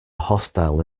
hostile